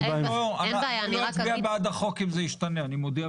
אני לא אצביע בעד החוק אם זה ישתנה, אני מודיע.